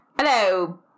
Hello